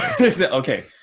okay